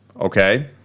okay